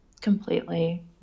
Completely